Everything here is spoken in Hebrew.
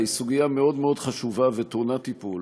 זו סוגיה מאוד חשובה וטעונה טיפול,